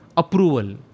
Approval